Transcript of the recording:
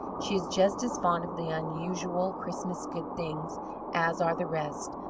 she is just as fond of the unusual christmas good things as are the rest,